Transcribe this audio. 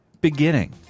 beginning